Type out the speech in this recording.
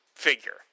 Figure